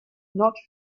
not